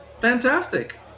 Fantastic